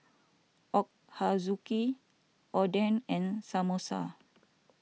Ochazuke Oden and Samosa